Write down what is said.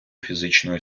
фізичної